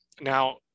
now